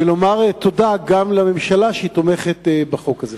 ולומר תודה גם לממשלה שתומכת בחוק הזה.